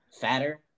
fatter